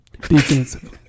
defensively